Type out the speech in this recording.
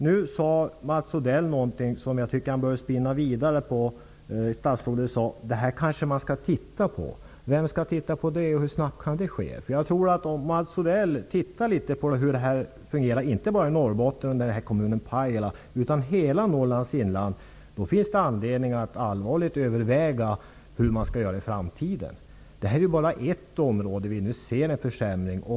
Mats Odell sade något som jag tycker att han bör spinna vidare på. Statsrådet sade: Det här kanske man skall titta på. Vem skall titta på det och hur snabbt kan det ske? Jag tror att om Mats Odell tittar litet på hur det här fungerar, inte bara i Norrbotten och i kommunen Pajala, utan i hela Norrlands inland, kommer han att upptäcka att det finns anledning att allvarligt överväga hur man skall göra i framtiden. Det här är bara ett område vi nu ser en försämring på.